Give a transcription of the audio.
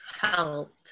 helped